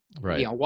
Right